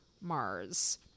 Mars